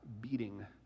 beating